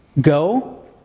Go